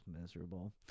miserable